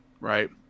right